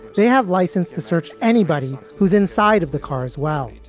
they have license to search anybody who's inside of the car as well. and